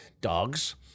dogs